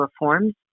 reforms